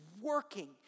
working